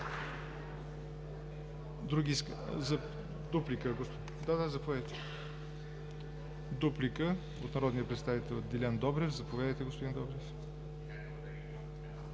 Дуплика от народния представител Делян Добрев. Заповядайте, господин Добрев.